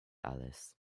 alice